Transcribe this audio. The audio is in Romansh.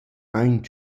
aint